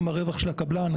גם הרווח של הקבלן,